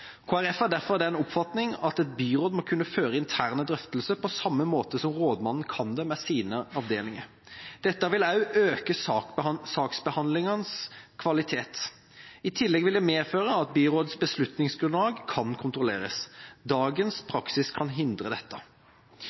derfor av den oppfatning at et byråd må kunne føre interne drøftelser på samme måte som rådmannen kan med sine avdelinger. Dette vil også øke kvaliteten på saksbehandlinga. I tillegg vil det medføre at byrådets beslutningsgrunnlag kan kontrolleres. Dagens praksis kan hindre dette.